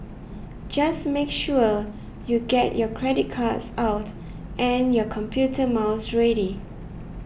just make sure you get your credit cards out and your computer mouse ready